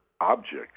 objects